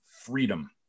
freedom